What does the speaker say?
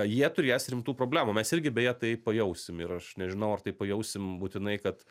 jie turės rimtų problemų mes irgi beje tai pajausim ir aš nežinau ar tai pajausim būtinai kad